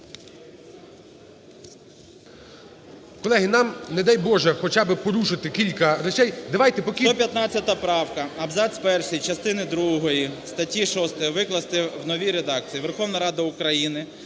Колеги, нам, не дай Боже, хоча б порушити кілька речей…